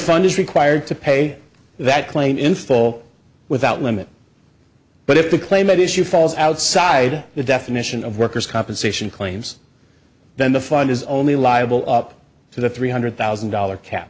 fund is required to pay that claim in full without limit but if the claim at issue falls outside the definition of workers compensation claims then the fund is only liable up to the three hundred thousand dollars cap